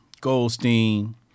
Goldstein